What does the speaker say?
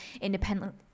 independent